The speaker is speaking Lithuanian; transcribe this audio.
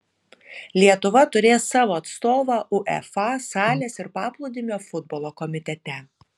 lietuva turės savo atstovą uefa salės ir paplūdimio futbolo komitete